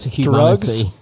drugs